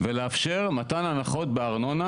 ולאפשר מתן הנחותב ארנונה